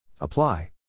Apply